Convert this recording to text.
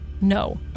No